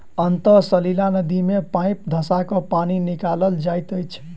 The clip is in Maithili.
अंतः सलीला नदी मे पाइप धँसा क पानि निकालल जाइत अछि